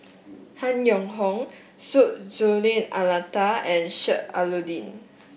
Han Yong Hong Syed Hussein Alatas and Sheik Alau'ddin